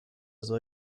soll